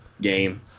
game